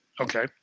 okay